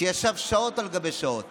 ישב שעות על גבי שעות